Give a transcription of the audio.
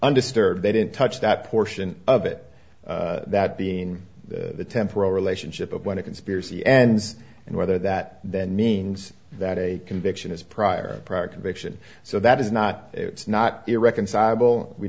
undisturbed they didn't touch that portion of it that being the temporal relationship of when a conspiracy ends and whether that means that a conviction is prior product of action so that is not it's not irreconcilable we